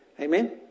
Amen